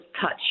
touch